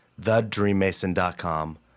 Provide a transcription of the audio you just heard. thedreammason.com